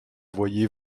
voyez